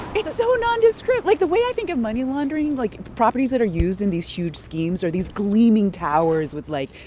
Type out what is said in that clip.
it's so nondescript. like, the way i think of money laundering like, properties that are used in these huge schemes are these gleaming towers with, like,